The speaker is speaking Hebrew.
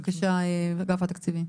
בבקשה, אגף התקציבים.